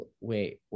wait